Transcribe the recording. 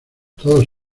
todos